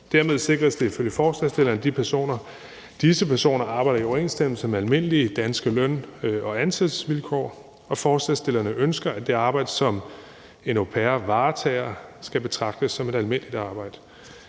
Dermed sikres det ifølge forslagsstillerne, at disse personer arbejder i overensstemmelse med almindelige danske løn- og ansættelsesvilkår, og forslagsstillerne ønsker, at det arbejde, som en au pair varetager, skal betragtes som et almindeligt arbejde.